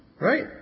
right